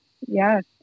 yes